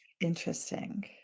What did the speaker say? Interesting